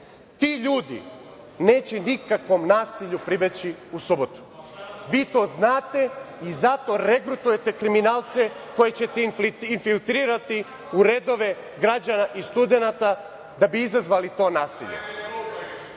Ti ljudi neće nikakvom nasilju pribeći u subotu. Vi to znate i zato regrutujete kriminalce koje ćete infiltrirati u redove građana i studenata, da bi izazvali to